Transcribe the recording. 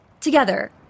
together